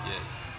Yes